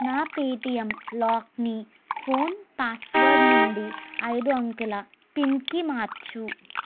నా Paytm lock ని phone password నుండి ఐదు అంకెల పిన్ కి మార్చు